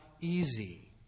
easy